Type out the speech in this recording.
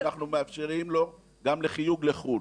שאנחנו מאפשרים דרכו גם חיוג לחו"ל.